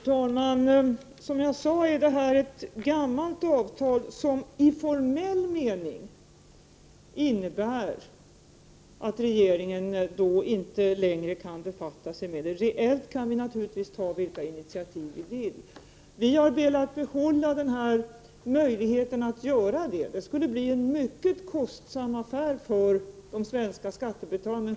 Fru talman! Det är, som sagt, fråga om ett gammalt avtal som i formell mening innebär att regeringen inte längre kan befatta sig med det. Reellt kan vi naturligtvis ta vilka initiativ vi vill. Vi har valt att behålla denna möjlighet att kunna ta egna initiativ, men det skulle bli en mycket kostsam affär för de svenska skattebetalarna att avstå från den.